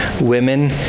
Women